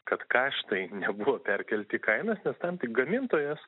kad kaštai nebuvo perkelti kainas nes tam tik gamintojas